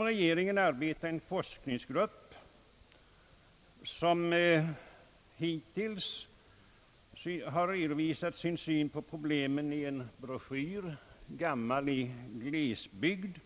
På regeringens uppdrag arbetar en forskningsgrupp som hittills redovisat sin syn på problemen i en broschyr, »Gammal i glesbygd».